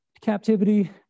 captivity